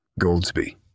Goldsby